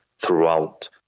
throughout